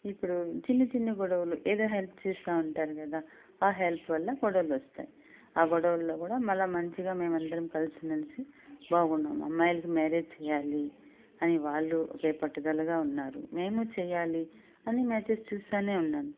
ఇప్పుడు చిన్నచిన్న గొడవలు ఎదో హెల్ప్ చేస్తావుంటారు కదా ఆ హెల్ప్ వల్ల గొడవలు వస్తాయి ఆ గొడవల్లో కూడా మళ్ళా మంచిగా మేమందరం కలిసిమెలిసి బాగున్నాము అమ్మాయిలకి మ్యారేజ్ చెయ్యాలి అని వాళ్ళు ఒకే పట్టుదలగా ఉన్నారు మేము చెయ్యాలి అని మ్యాచెస్ చూస్తానే ఉన్నాను